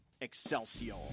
excelsior